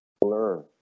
blur